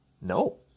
no